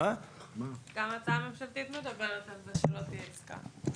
גם ההצעה הממשלתית מדברת על זה שלא תהיה עסקה.